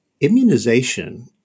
immunization